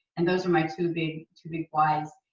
and those are my two big two big why's.